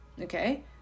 okay